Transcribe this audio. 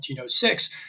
1906